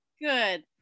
Good